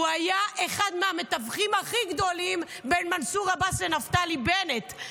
הוא היה אחד המתווכים הכי גדולים בין מנסור עבאס לנפתלי בנט.